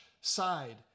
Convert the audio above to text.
side